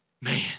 man